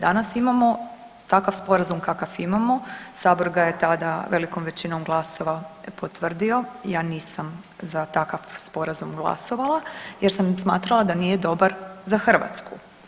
Danas imamo takav sporazum kakav imamo, sabor ga je tada velikom većinom glasova potvrdio, ja nisam za takav sporazum glasovala jer sam smatrala da nije dobar za Hrvatsku.